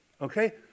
Okay